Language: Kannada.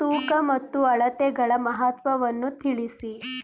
ತೂಕ ಮತ್ತು ಅಳತೆಗಳ ಮಹತ್ವವನ್ನು ತಿಳಿಸಿ?